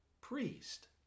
priest